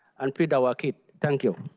and feed our kids. thank you.